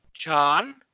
John